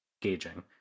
gauging